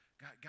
God